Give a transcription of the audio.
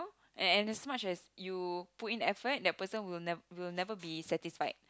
and as much as you put in effort that person will nev~ will never be satisfied